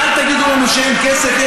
ואל תגידו לנו שאין כסף.